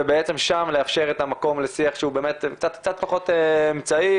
ושבעצם שם לאפשר את המקום לשיח שהוא קצת פחות אמצעי.